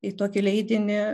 į tokį leidinį